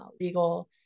legal